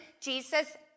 Jesus